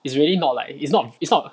it's really not like it's not it's not